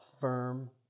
firm